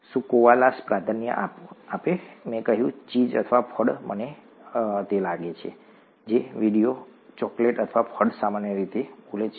શું કોઆલાસ પ્રાધાન્ય આપો મેં કહ્યું ચીઝ અથવા ફળ મને લાગે છે કે વિડિયો ચોકલેટ અથવા ફળ સામાન્ય રીતે બોલે છે